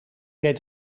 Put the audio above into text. deed